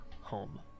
home